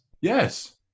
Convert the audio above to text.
Yes